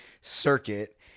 circuit